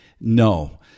No